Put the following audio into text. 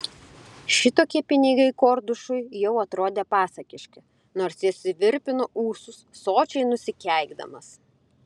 šitokie pinigai kordušui jau atrodė pasakiški nors jis virpino ūsus sočiai nusikeikdamas